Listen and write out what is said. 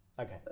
Okay